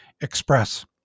express